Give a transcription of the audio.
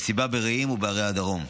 מהמסיבה ברעים ומערי הדרום.